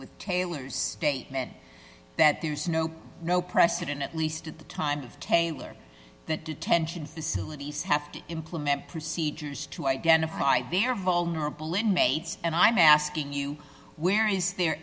with taylor's statement that there's no no precedent at least at the time of taylor that detention facilities have to implement procedures to identify their vulnerability mates and i'm asking you where is there